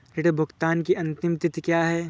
ऋण भुगतान की अंतिम तिथि क्या है?